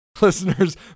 listeners